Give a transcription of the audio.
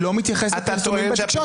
לא, זה לא מה שכתוב.